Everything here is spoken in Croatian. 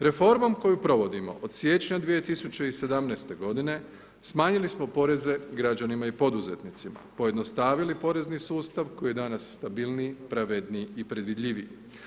Reformom koju provodimo od siječnja 2017.-te godine, smanjili smo poreze građanima i poduzetnicima, pojednostavili porezni sustav koji je danas stabilniji, pravedniji i predvidljiviji.